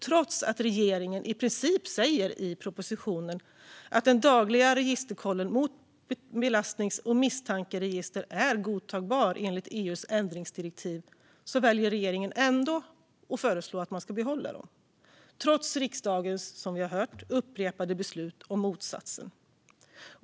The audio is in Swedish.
Trots att regeringen i propositionen i princip säger att den dagliga registerkollen mot belastnings och misstankeregister är godtagbar enligt EU:s ändringsdirektiv väljer regeringen ändå att föreslå att de ska behållas. Här går man emot riksdagens upprepade beslut om motsatsen.